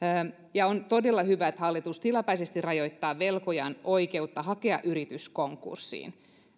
on todella hyvä että hallitus tilapäisesti rajoittaa velkojan oikeutta hakea yritys konkurssiin